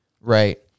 Right